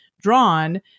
drawn